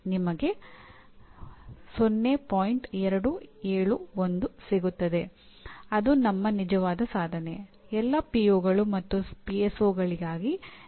ಇದು 3 ವರ್ಷಗಳು ಆಗಿರಬಹುದು ಅಥವಾ ನೀವು ಪಡೆಯುವ ಅಂಕಗಳ ಸಂಖ್ಯೆಯನ್ನು ಅವಲಂಬಿಸಿ ಅದು 6 ವರ್ಷಗಳು ಆಗಿರಬಹುದು